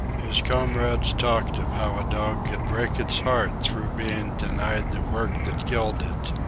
his comrades talked of how a dog could break its heart through being denied the work that killed it,